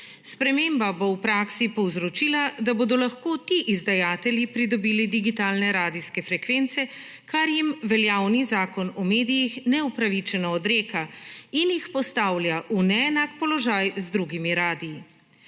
Sprememba bo v praksi povzročila, da bodo lahko ti izdajatelji pridobili digitalne radijske frekvence, kar jim veljavni Zakon o medijih neupravičeno odreka in jih postavlja v neenak položaj z drugimi radii.